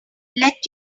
let